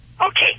Okay